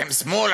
אתם שמאל,